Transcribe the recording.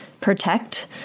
protect